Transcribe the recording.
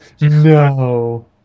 no